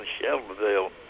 Shelbyville